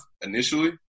initially